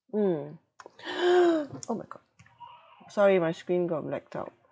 mm oh my god sorry my screen got blacked out